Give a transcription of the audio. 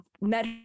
met